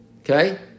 Okay